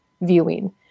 viewing